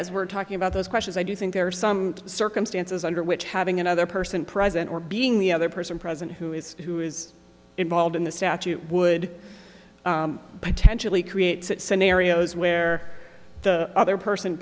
as we're talking about those questions i do think there are some circumstances under which having another person present or being the other person present who is who is involved in the statute would potentially create scenarios where the other person